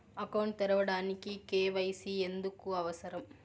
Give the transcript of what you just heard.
Account తెరవడానికి, KYC ఎందుకు అవసరం?